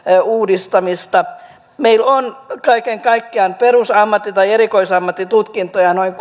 uudistamista meillä on kaiken kaikkiaan perusammatti tai erikoisammattitutkintoja noin